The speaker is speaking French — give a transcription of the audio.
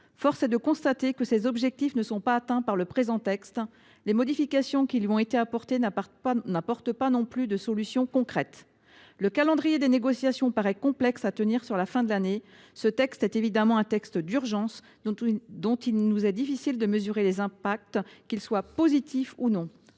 Force est de constater que ces objectifs ne sont pas atteints par le texte. Les modifications qui lui ont été apportées ne fournissent pas non plus de solutions concrètes. Le calendrier des négociations paraît complexe à tenir pour la fin de l’année. Ce projet de loi est évidemment un texte d’urgence, dont il nous est difficile de mesurer les effets, qu’ils soient positifs ou non.